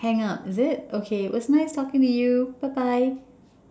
hang up is it okay it was nice talking to you bye bye